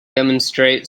demonstrate